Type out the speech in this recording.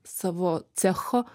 savo cecho